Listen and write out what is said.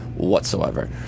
Whatsoever